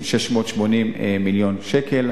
680 מיליון שקל,